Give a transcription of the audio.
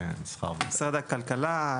משרד הכלכלה.